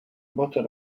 bottle